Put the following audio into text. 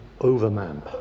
overman